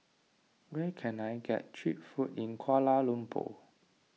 where can I get Cheap Food in Kuala Lumpur